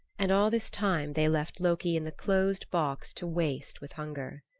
and all this time they left loki in the closed box to waste with hunger.